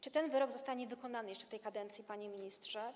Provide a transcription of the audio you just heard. Czy ten wyrok zostanie wykonany jeszcze w tej kadencji, panie ministrze?